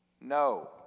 No